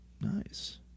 Nice